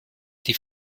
die